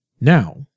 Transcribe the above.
now